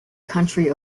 country